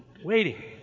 Waiting